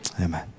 Amen